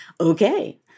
Okay